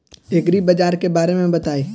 एग्रीबाजार के बारे में बताई?